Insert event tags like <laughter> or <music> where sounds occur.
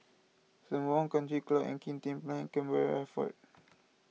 Sembawang Country Club and Kim Tian Place Camborne <unintelligible>